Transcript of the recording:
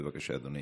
בבקשה, אדוני.